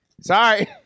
Sorry